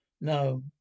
no